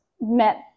met